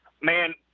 man